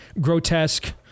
grotesque